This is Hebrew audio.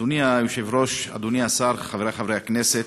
אדוני היושב-ראש, אדוני השר, חברי חברי הכנסת,